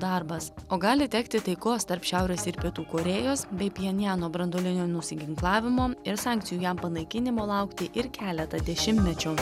darbas o gali tekti taikos tarp šiaurės ir pietų korėjos bei pjenjano branduolinio nusiginklavimo ir sankcijų jam panaikinimo laukti ir keletą dešimtmečių